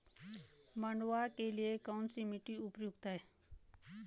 मंडुवा के लिए कौन सी मिट्टी उपयुक्त है?